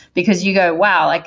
because you go, wow! like